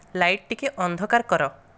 light ଟିକେ ଅନ୍ଧକାର କର